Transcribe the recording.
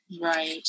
Right